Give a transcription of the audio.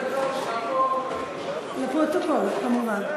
לפרוטוקול כמובן.